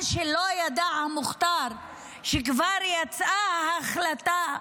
מה שלא ידע המוכתר, שכבר יצאה ההחלטה,